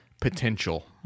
potential